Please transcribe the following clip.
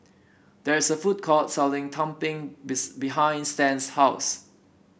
there is a food court selling Tumpeng behind Stan's house